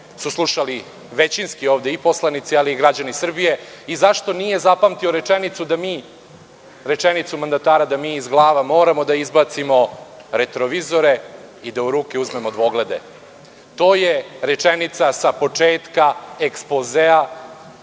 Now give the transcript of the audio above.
su slušali ovde većinski poslanici, ali i građani Srbije i zašto nije zapamtio rečenicu mandatara da mi iz glava moramo da izbacimo retrovizore i da u ruke uzme dvoglede. To je rečenica sa početka ekspozea,